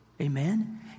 Amen